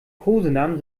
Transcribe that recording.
kosenamen